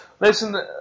Listen